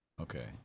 Okay